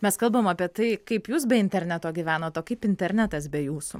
mes kalbam apie tai kaip jūs be interneto gyvenot o kaip internetas be jūsų